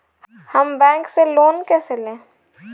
हम बैंक से लोन कैसे लें?